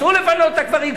אסור לפנות את הקברים,